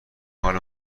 حال